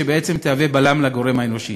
שבעצם תשמש בלם לגורם האנושי.